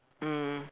mm